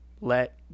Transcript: Let